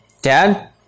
Dad